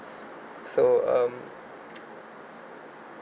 so um